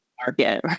Market